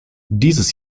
dieses